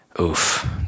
Oof